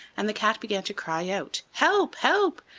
and the cat began to cry out help! help!